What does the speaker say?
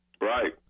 Right